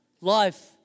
life